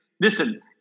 Listen